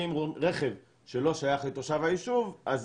ואם רואים רכב שלא שייך לתושב היישוב אז